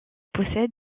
possèdent